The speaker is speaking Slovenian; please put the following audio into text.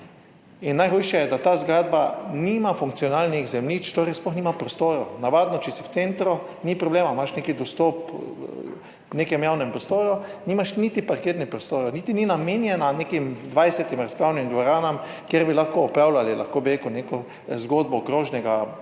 in najhujše je, da ta zgradba nima funkcionalnih zemljišč, torej sploh nima prostorov. Navadno, če si v centru ni problema, imaš nek dostop v nekem javnem prostoru, nimaš niti parkirnih prostorov, niti ni namenjena nekim 20 razpravnim dvoranam, kjer bi lahko opravljali, lahko bi rekel, neko zgodbo okrožnega,